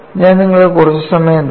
ഞാൻ നിങ്ങൾക്ക് കുറച്ച് സമയം തന്നു